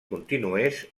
continués